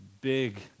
big